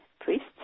priests